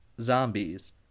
zombies